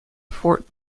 fort